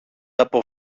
από